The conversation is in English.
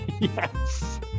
Yes